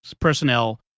personnel